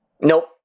Nope